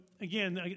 again